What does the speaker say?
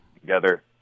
together